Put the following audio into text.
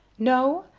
no!